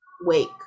wake